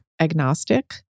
agnostic